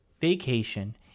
vacation